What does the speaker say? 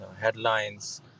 headlines